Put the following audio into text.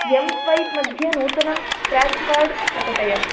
एं swap मध्ये नूतनं scratch card प्रकटय